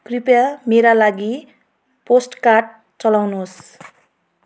कृपया मेरा लागि पोस्टकार्ड चलाउनुहोस्